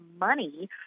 money